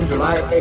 July